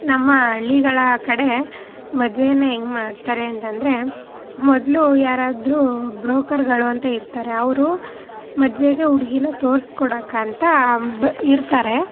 ನಮ್ಮ ಹಳ್ಳಿಗಳ ಕಡೆ ಮದುವೆನ ಹೆಂಗೆ ಮಾಡ್ತಾರೆ ಅಂತ ಅಂದ್ರೆ ಮೊದಲು ಯಾರಾದ್ರೂ ಬ್ರೋಕರ್ಗಳು ಅಂತ ಇರ್ತಾರೆ ಅವರು ಮದುವೆಗೆ ಹುಡ್ಗಿನ ತೋರ್ಸ್ಕೊಡೋಕ್ಕಂತ ಬ್ ಇರ್ತಾರೆ